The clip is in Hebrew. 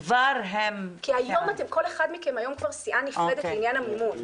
כי היום כל אחד מכם כבר סיעה נפרדת לעניין המימון.